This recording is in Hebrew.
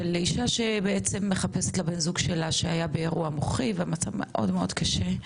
של אישה שבעצם מחפשת לבן זוג שלה שהיה באירוע מוחי והמצב מאוד מאוד קשה,